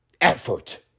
effort